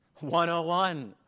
101